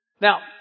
Now